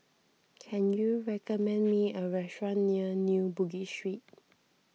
can you recommend me a restaurant near New Bugis Street